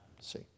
See